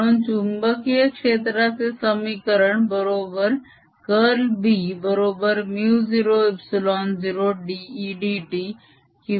म्हणून चुंबकीय क्षेत्राचे समीकरण बरोबर कर्ल B बरोबर μ0ε0dEdt किंवा μ0jd